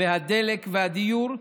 הדלק והדיור,